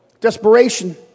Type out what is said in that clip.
Desperation